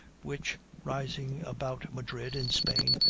which, rising about madrid, in spain,